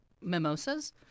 mimosas